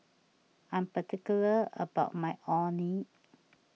I am particular about my Orh Nee